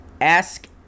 Ask